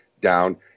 down